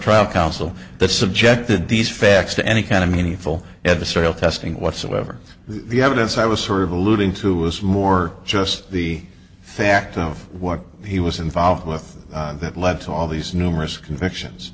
trial counsel that subjected these facts to any kind of meaningful adversarial testing whatsoever the evidence i was sort of alluding to was more just the fact of what he was involved with that led to all these numerous convictions